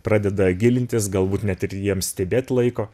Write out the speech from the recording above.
pradeda gilintis galbūt net ir jiems stebėt laiko